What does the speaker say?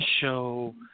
show